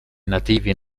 nativi